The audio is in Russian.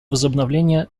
возобновления